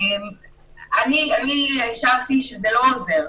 אני השבתי שזה לא עוזר,